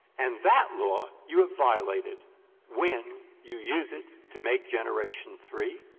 and that law you have violated when you use it to make generation three,